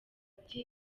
ati